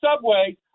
subway